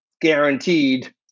guaranteed